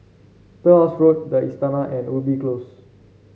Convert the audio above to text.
Turnhouse Road the Istana and Ubi Close